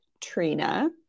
Trina